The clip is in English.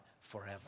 forever